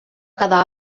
quedar